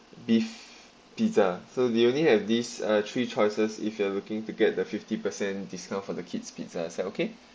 beef pizza so they only have this uh three choices if you are looking to get the fifty per cent discount for the kids pizza is that okay